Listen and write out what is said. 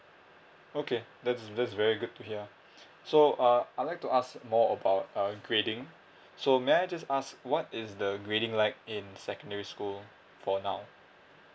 okay that's that's very good to hear so uh I'd like to ask more about uh grading so may I just ask what is the grading like in secondary school for now